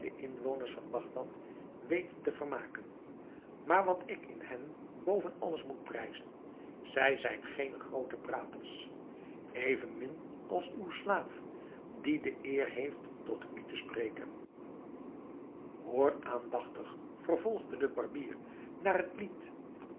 inwoners van bagdad weten te vermaken maar wat ik in hen boven alles moet prijzen zij zijn geene groote praters evenmin als uw slaaf die de eer heeft tot u te spreken hoor aandachtig vervolgde de barbier naar het lied